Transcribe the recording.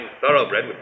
thoroughbred